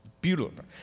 beautiful